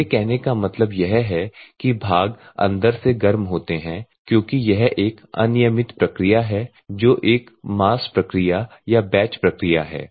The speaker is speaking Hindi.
मेरे कहने का मतलब यह है कि भाग अंदर से गर्म होते हैं क्योंकि यह एक अनियमित प्रक्रिया है जो एक मास प्रक्रिया या बैच प्रक्रिया है